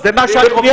זה מה שהאירופים